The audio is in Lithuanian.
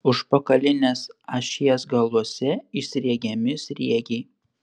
užpakalinės ašies galuose įsriegiami sriegiai